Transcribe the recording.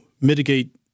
mitigate